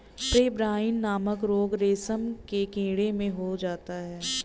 pebrine नामक रोग रेशम के कीड़ों में हो जाता है